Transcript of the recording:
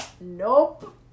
nope